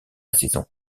saison